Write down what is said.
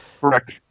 Correct